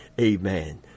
Amen